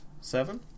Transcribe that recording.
seven